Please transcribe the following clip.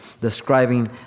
describing